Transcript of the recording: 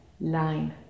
line